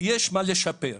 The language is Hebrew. יש מה לשפר.